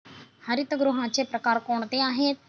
हरितगृहाचे प्रकार कोणते आहेत?